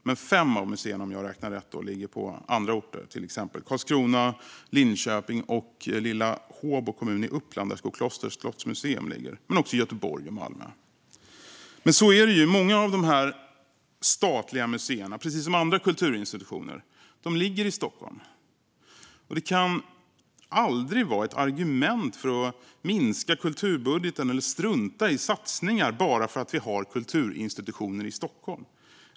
Men fem av museerna - om jag har räknat rätt - ligger på andra orter, till exempel Karlskrona, Linköping och lilla Håbo kommun i Uppland, där Skoklosters slottsmuseum ligger. Men de finns också i Göteborg och Malmö. Men det är ju så att många av de statliga museerna, precis som andra kulturinstitutioner, ligger i Stockholm. Det faktum att vi har kulturinstitutioner i Stockholm kan dock aldrig vara ett argument för att minska kulturbudgeten eller att strunta i satsningar.